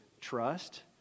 trust